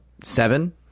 seven